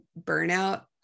burnout